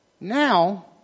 Now